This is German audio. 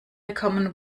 common